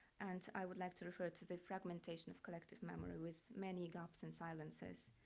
and i would like to refer to the fragmentation of collective memory with many gaps and silences.